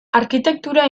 arkitektura